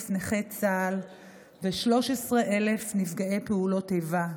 נכי צה"ל ו-13,000 נפגעי פעולות האיבה.